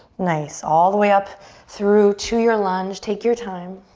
nice, all the way up through to your lunge, take your time.